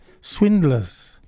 swindlers